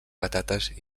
patates